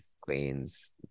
Queens